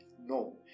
No